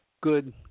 good